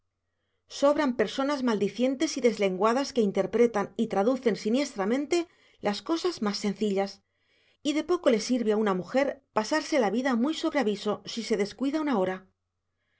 sobran personas maldicientes y deslenguadas que interpretan y traducen siniestramente las cosas más sencillas y de poco le sirve a una mujer pasarse la vida muy sobre aviso si se descuida una hora